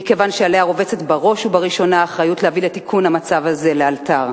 מכיוון שעליה בראש ובראשונה רובצת האחריות להביא לתיקון המצב הזה לאלתר.